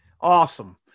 Awesome